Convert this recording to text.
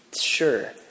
sure